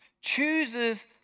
chooses